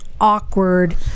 awkward